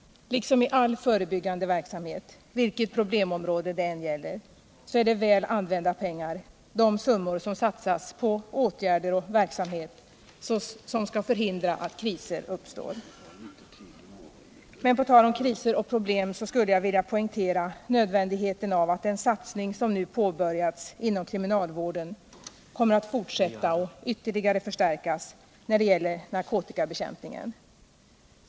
Liksom i all förebyggande verksamhet, vilket problemområde det än gäller, är de summor som satsas på åtgärder och verksamhet som skall förhindra att kriser uppstår väl använda pengar. På tal om kriser och problem skulle jag vilja poängtera nödvändigheten av att den satsning inom kriminalvården som nu påbörjats kommer att fortsätta och ytterligare förstärkas när det gäller narkotikabekämpningen.